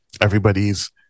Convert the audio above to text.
Everybody's